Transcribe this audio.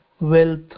wealth